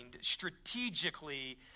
strategically